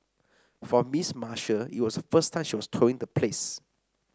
for Miss Marshall it was the first time she was touring the place